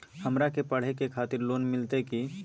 हमरा के पढ़े के खातिर लोन मिलते की?